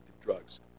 drugs